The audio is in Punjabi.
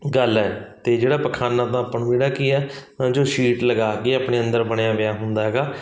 ਗੱਲ ਹੈ ਅਤੇ ਜਿਹੜਾ ਪਖਾਨਾ ਤਾਂ ਆਪਾਂ ਨੂੰ ਜਿਹੜਾ ਕੀ ਆ ਜੋ ਸੀਟ ਲਗਾ ਕੇ ਆਪਣੇ ਅੰਦਰ ਬਣਿਆ ਪਿਆ ਹੁੰਦਾ ਹੈਗਾ